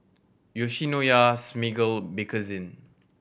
Yoshinoya Smiggle Bakerzin